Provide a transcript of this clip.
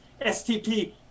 STP